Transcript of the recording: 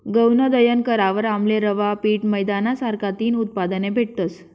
गऊनं दयन करावर आमले रवा, पीठ, मैदाना सारखा तीन उत्पादने भेटतस